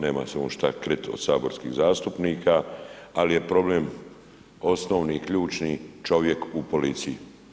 Nema se on što kriti od saborskih zastupnika, ali je problem osnovni, ključni, čovjek u policiji.